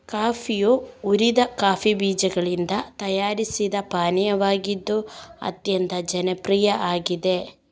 ಕಾಫಿಯು ಹುರಿದ ಕಾಫಿ ಬೀಜಗಳಿಂದ ತಯಾರಿಸಿದ ಪಾನೀಯವಾಗಿದ್ದು ಅತ್ಯಂತ ಜನಪ್ರಿಯ ಆಗಿದೆ